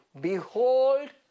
Behold